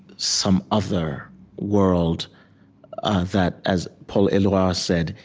some other world that, as paul eluard said,